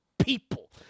People